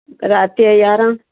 राति जा यारहं